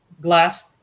glass